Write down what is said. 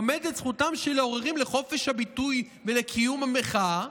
עומדת זכותם של העוררים לחופש הביטוי לקיום המחאה.